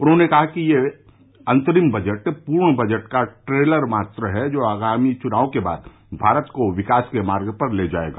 उन्होंने कहा कि यह अंतरिम बजट पूर्ण बजट का ट्रेलर मात्र है जो आगामी चुनाव के बाद भारत को विकास के मार्ग पर ले जाएगा